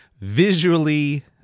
visually